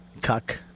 Cuck